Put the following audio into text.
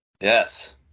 Yes